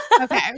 Okay